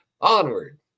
Onward